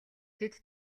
тэд